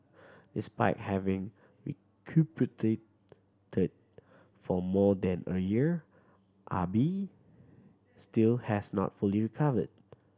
despite having recuperated for more than a year Ah Bi still has not fully recovered